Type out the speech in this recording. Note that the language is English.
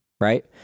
right